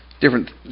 different